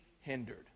hindered